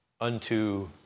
unto